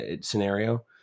scenario